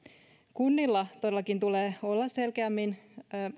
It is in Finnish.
kunnilla todellakin tulee olla selkeämmin